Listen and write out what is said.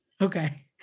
Okay